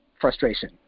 frustration